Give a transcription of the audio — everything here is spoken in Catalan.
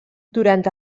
durant